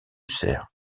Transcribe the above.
cerf